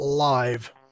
Live